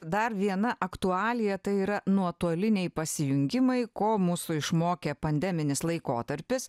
dar viena aktualija tai yra nuotoliniai pasijungimai ko mūsų išmokė pandeminis laikotarpis